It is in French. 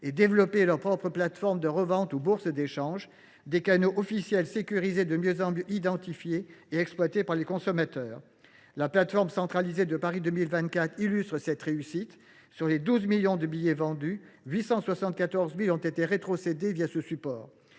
et développé leur propre plateforme de revente ou bourse d’échange, avec des canaux officiels sécurisés de mieux en mieux identifiés et exploités par les consommateurs. La plateforme centralisée de Paris 2024 illustre cette réussite : sur les 12 millions de billets vendus, 874 000 ont été rétrocédés ce support.